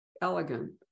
elegant